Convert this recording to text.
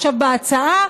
עכשיו בהצעה